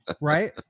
right